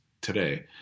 today